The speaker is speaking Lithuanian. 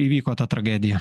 įvyko ta tragedija